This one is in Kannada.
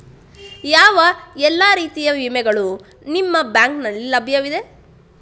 ಯಾವ ಎಲ್ಲ ರೀತಿಯ ವಿಮೆಗಳು ನಿಮ್ಮ ಬ್ಯಾಂಕಿನಲ್ಲಿ ಲಭ್ಯವಿದೆ?